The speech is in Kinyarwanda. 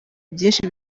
byinshi